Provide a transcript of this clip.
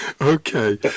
Okay